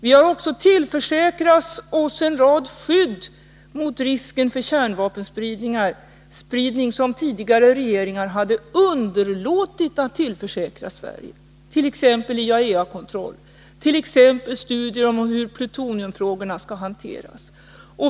Vi har också tillförsäkrat oss en rad skydd mot risken för kärnvapenspridning som tidigare regeringar hade underlåtit att tillförsäkra Sverige —t.ex. IAEA-kontroll och studier av hur plutoniumfrågorna skall hanteras.